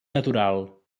natural